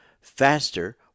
faster